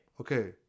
Okay